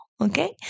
Okay